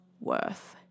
worth